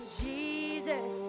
Jesus